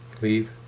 Leave